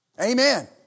Amen